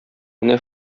менә